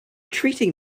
treating